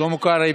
שלמה קרעי,